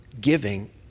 giving